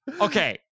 Okay